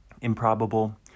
improbable